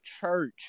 church